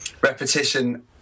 repetition